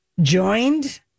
Joined